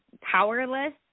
powerless